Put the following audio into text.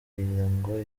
ngo